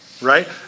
right